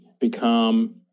become